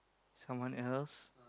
someone else